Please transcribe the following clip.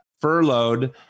furloughed